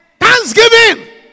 Thanksgiving